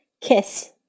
kiss